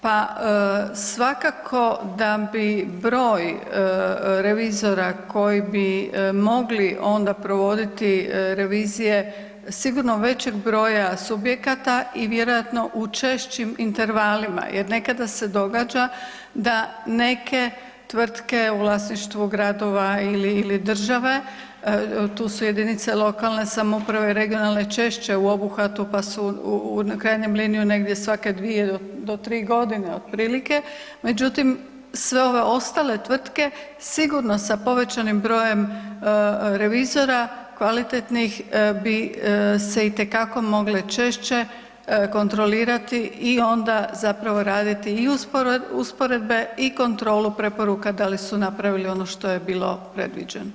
Pa svakako da bi broj revizora koji bi mogli onda provoditi revizije sigurno većeg broja subjekata i vjerojatno u češćim intervalima, jer nekada se događa da neke tvrtke u vlasništvu gradova ili države, tu su jedinice lokalne samouprave, regionalne češće u obuhvatu pa su na krajnjem liniju negdje svake dvije do tri godine otprilike, međutim sve ove ostale tvrtke sigurno sa povećanim brojem revizora, kvalitetnih, bi se itekako mogle češće kontrolirati i onda zapravo raditi i usporedbe i kontrolu preporuka da li su napravili ono što je bilo predviđeno.